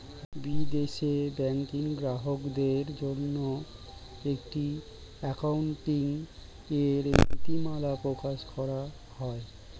বিদেশে ব্যাংকিং গ্রাহকদের জন্য একটি অ্যাকাউন্টিং এর নীতিমালা প্রকাশ করা হয়